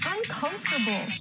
Uncomfortable